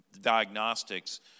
diagnostics